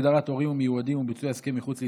הגדרת הורים מיועדים וביצוע הסכם מחוץ לישראל),